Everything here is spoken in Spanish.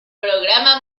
programa